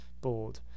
board